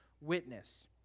witness